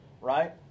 right